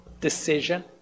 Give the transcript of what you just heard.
decision